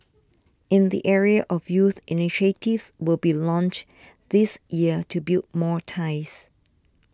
in the area of youth initiatives will be launched this year to build more ties